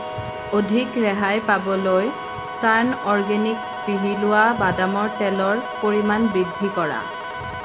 অধিক ৰেহাই পাবলৈ টাৰ্ণ অৰ্গেনিক পিহি লোৱা বাদামৰ তেলৰ পৰিমাণ বৃদ্ধি কৰা